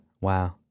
Wow